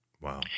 Wow